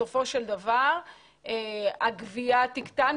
בסופו של דבר הגבייה תקטן,